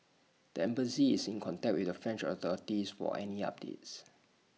the embassy is in contact with the French authorities for any updates